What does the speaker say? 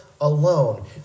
alone